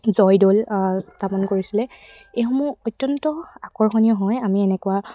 জয়দৌল স্থাপন কৰিছিলে এইসমূহ অত্যন্ত আকৰ্ষণীয় হয় আমি এনেকুৱা